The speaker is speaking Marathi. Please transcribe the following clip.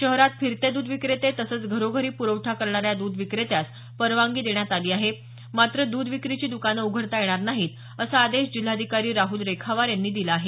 शहरात फिरते दुध विक्रेते तसंच घरोघरी प्रवठा करणाऱ्या दुध विक्रेत्यास परवानगी देण्यात आली आहे मात्र द्ध विक्रीची दुकानं उघडता येणार नाहीत असा आदेश जिल्हादिकारी राहुल रेखावार यांनी दिला आहे